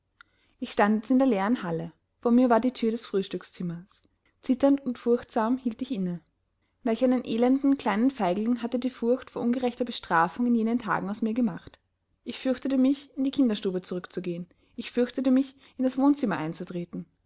ich stand jetzt in der leeren halle vor mir war die thür des frühstückszimmers zitternd und furchtsam hielt ich inne welch einen elenden kleinen feigling hatte die furcht vor ungerechter bestrafung in jenen tagen aus mir gemacht ich fürchtete mich in die kinderstube zurückzugehen ich fürchtete mich in das wohnzimmer einzutreten